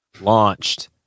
launched